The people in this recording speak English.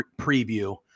preview